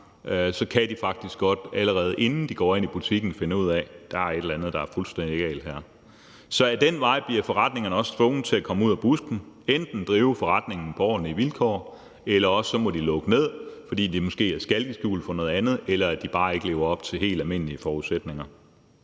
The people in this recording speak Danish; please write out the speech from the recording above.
så kan de faktisk godt, allerede inden de går ind i butikken, finde ud af, at her er der et eller andet fuldstændig galt. Så ad den vej bliver forretningerne også tvunget til at komme ud af busken; enten må de drive forretningen på ordentlige vilkår, eller også må de lukke ned, fordi butikken måske er skalkeskjul for noget andet, eller fordi den bare ikke lever op til helt almindelige krav. Det her